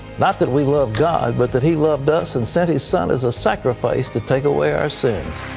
not that we love god, but that he loved us and sent his son as a sacrifice to take away our sins.